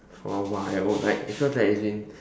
for a while it feels like it's been